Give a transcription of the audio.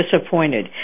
disappointed